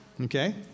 Okay